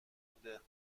بوده